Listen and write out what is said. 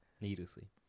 needlessly